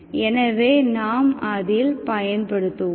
எனவே நாம் அதில் பயன்படுத்துவோம்